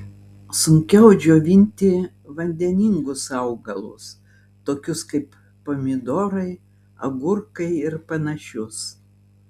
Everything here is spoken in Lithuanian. sunkiau džiovinti vandeningus augalus tokius kaip pomidorai agurkai ir panašius